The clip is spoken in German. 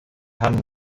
haben